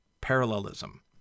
parallelism